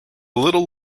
little